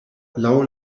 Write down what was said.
laŭ